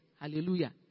Hallelujah